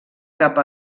cap